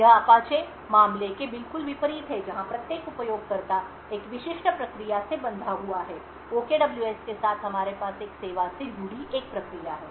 यह अपाचे मामले के बिल्कुल विपरीत है जहां प्रत्येक उपयोगकर्ता एक विशिष्ट प्रक्रिया से बंधा हुआ है OKWS के साथ हमारे पास एक सेवा से जुड़ी एक प्रक्रिया है